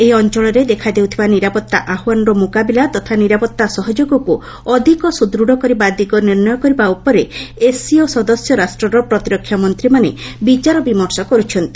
ଏହି ଅଞ୍ଚଳରେ ଦେଖାଦେଉଥିବା ନିରାପତ୍ତା ଆହ୍ୱାନର ମୁକାବିଲା ତଥା ନିରାପତ୍ତା ସହଯୋଗକୁ ଅଧିକ ସୁଦୃତ୍ କରିବା ଦିଗ ନିର୍ଣ୍ଣୟ କରିବା ଉପରେ ଏସ୍ସିଓ ସଦସ୍ୟ ରାଷ୍ଟ୍ରର ପ୍ରତିରକ୍ଷା ମନ୍ତ୍ରୀମାନେ ବିଚାର ବିମର୍ଷ କର୍ଛନ୍ତି